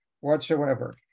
whatsoever